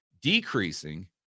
decreasing